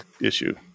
issue